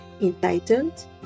entitled